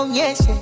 yes